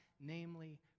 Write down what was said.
namely